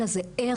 אלא זה ערך.